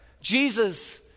Jesus